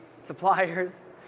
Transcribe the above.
suppliers